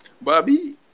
bobby